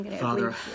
Father